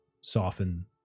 soften